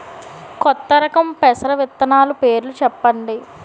కొత్త రకం పెసర విత్తనాలు పేర్లు చెప్పండి?